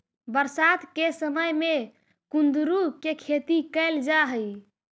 बरसात के समय में कुंदरू के खेती कैल जा हइ